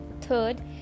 Third